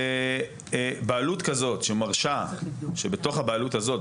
בעלות כזאת שמרשה שבתוך הבעלות הזאת,